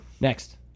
Next